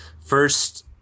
First